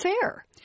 fair